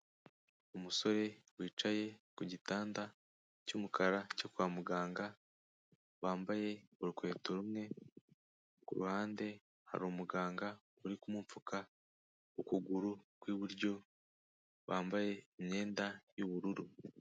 Umusore wicaye ku gitanda cy'umukara cyo kwa muganga, wambaye urukweto rumwe, ku ruhande hari umuganga uri kumupfuka ukuguru ku iburyo, wambaye imyenda y'ubururu.